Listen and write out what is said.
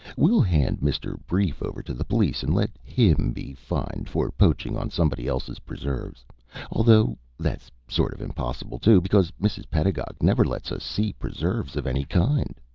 we'll hand mr. brief over to the police, and let him be fined for poaching on somebody else's preserves although that's sort of impossible, too, because mrs. pedagog never lets us see preserves of any kind.